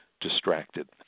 distracted